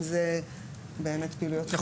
אם זה באמת פעילויות חינוכיות --- יכול